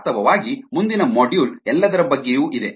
ವಾಸ್ತವವಾಗಿ ಮುಂದಿನ ಮಾಡ್ಯೂಲ್ ಎಲ್ಲದರ ಬಗ್ಗೆಯೂ ಇದೆ